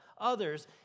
others